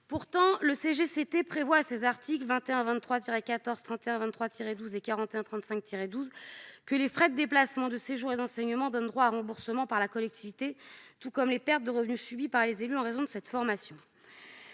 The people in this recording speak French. Pourtant, le CGCT prévoit, dans ses articles L. 2123-14, L. 3123-12 et L. 4135-12, que les frais de déplacement, de séjour et d'enseignement donnent droit à remboursement par la collectivité, tout comme les pertes de revenus subies par les élus en raison de cette formation.